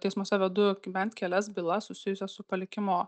teismuose vedu bent kelias bylas susijusias su palikimo